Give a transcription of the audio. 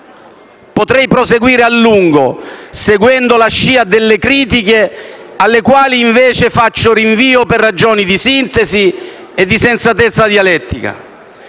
Potrei proseguire a lungo, seguendo la scia delle critiche alle quali, invece, faccio rinvio per ragioni di sintesi e di sensatezza dialettica.